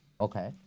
Okay